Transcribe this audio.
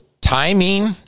timing